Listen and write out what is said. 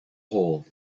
hole